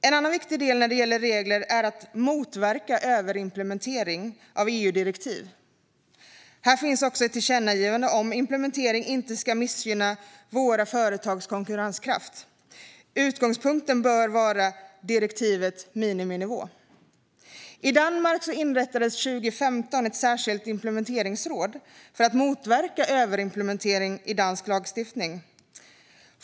En annan viktig del när det gäller regler är att motverka överimplementering av EU-direktiv. Här finns också ett tillkännagivande om att implementering inte ska missgynna våra företags konkurrenskraft. Utgångspunkten bör vara direktivets miniminivå. I Danmark inrättades år 2015 ett särskilt implementeringsråd för att motverka överimplementering i dansk lagstiftning.